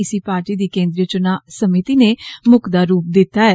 इसी पार्टी दी केन्द्रीय चुना समीति ने मुकदा रुप दिता ऐ